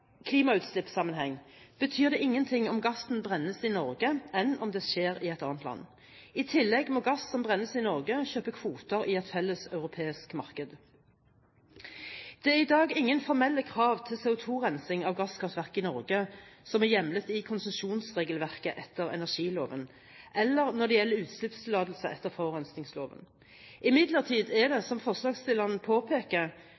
klimautslippssammenheng betyr det ingenting om gassen brennes i Norge eller om det skjer i et annet land. I tillegg må man ved gass som brennes i Norge, kjøpe kvoter i et felles europeisk marked. Det er i dag ingen formelle krav til CO2-rensing av gasskraftverk i Norge som er hjemlet i konsesjonsregelverket etter energiloven, eller når det gjelder utslippstillatelse etter forurensningsloven. Imidlertid er